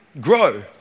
grow